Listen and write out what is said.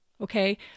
Okay